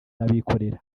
n’abikorera